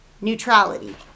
neutrality